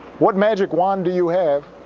what magic wand do you have?